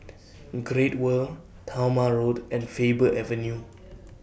Great World Talma Road and Faber Avenue